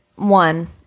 One